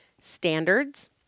standards